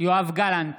יואב גלנט,